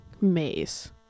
maze